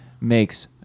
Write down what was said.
makes